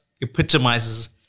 epitomizes